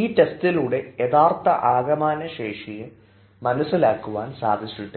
ഈ ടസ്റ്റിലൂടെ യഥാർത്ഥ ആകമാന ശേഷിയെ മനസ്സിലാക്കുവാൻ സാധിച്ചിട്ടില്ല